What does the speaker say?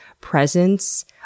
presence